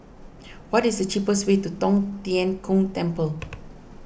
what is the cheapest way to Tong Tien Kung Temple